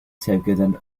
sevkeden